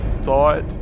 thought